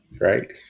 right